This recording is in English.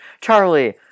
Charlie